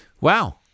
wow